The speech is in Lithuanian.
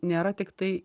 nėra tiktai